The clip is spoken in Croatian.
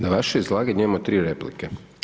Na vaše izlaganje imamo tri replike.